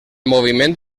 moviment